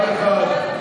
משפט אחד.